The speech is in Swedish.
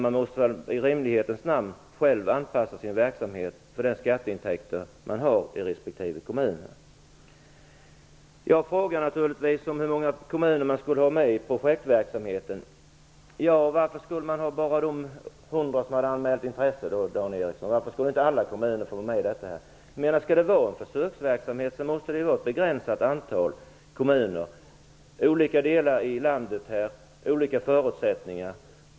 Man måste väl i rimlighetens namn själv anpassa sin verksamhet till de skatteintäkter man har i respektive kommun. Jag frågade naturligtvis hur många kommuner man skulle ha med i projektverksamheten. Varför skulle bara de 100 som anmält intresse vara med, undrade Dan Ericsson. Varför skulle inte alla kommuner få vara med? Om det skall vara en försöksverksamhet så måste antalet kommuner vara begränsat. De bör representera olika delar av landet och ha olika förutsättningar.